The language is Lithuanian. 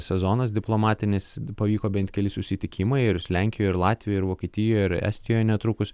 sezonas diplomatinis pavyko bent keli susitikimai ir lenkijoj ir latvijoj ir vokietijoj ir estijoj netrukus